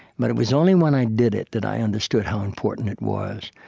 but it was only when i did it that i understood how important it was.